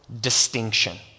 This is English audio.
distinction